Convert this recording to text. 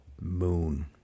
moon